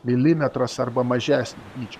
milimetras arba mažesnio dydžio